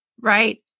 right